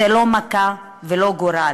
זו לא מכה ולא גורל.